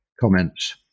comments